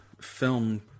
film